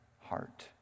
heart